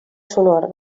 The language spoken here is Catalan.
sonor